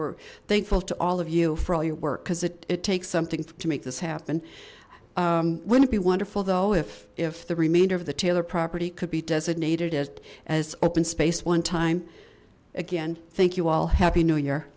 we're thankful to all of you for all your work because it takes something to make this happen wouldn't be wonderful though if if the remainder of the taylor property could be designated as as open space one time again thank you all happy new year